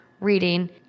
reading